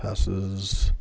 passes